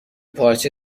پارچه